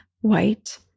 white